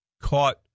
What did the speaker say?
caught